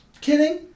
kidding